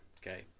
okay